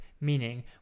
meaning